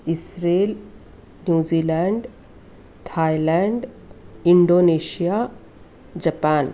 Israel New Zealand Thailand Indonesia Japan